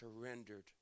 surrendered